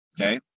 okay